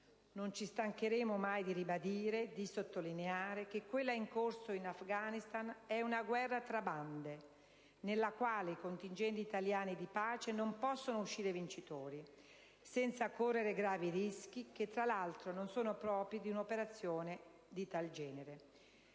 Non ci stancheremo mai di ribadire e sottolineare che quella in corso in Afghanistan è una guerra tra bande, nella quale i contingenti militari di pace non possono uscire vincitori senza correre gravi rischi, che, tra l'altro, non sono propri di un'operazione di tal genere.